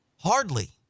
Hardly